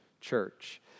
Church